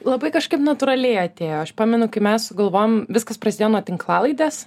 labai kažkaip natūraliai atėjo aš pamenu kai mes sugalvojom viskas prasidėjo nuo tinklalaidės